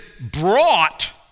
brought